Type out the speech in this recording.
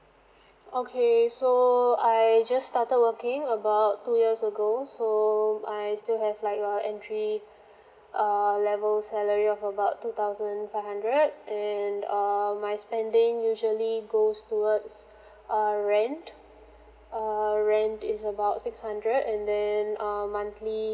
okay so I just started working about two years ago so I still have like uh entry err level salary of about two thousand five hundred and err my spending usually goes towards uh rent err rent is about six hundred and then um monthly